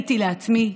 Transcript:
ותהיתי לעצמי: